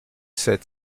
sept